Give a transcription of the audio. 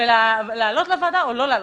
ולהעלות לוועדה או לא.